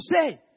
say